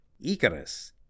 Icarus